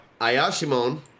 Ayashimon